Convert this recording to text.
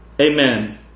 Amen